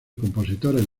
compositores